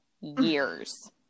years